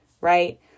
Right